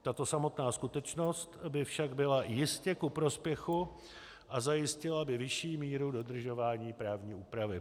Tato samotná skutečnost by však byla jistě ku prospěchu a zajistila by vyšší míru dodržování právní úpravy.